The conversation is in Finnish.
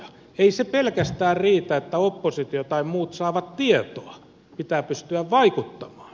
ei riitä pelkästään se että oppositio tai muut saavat tietoa pitää pystyä vaikuttamaan